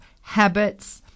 habits